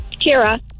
Kira